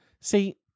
See